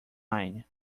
line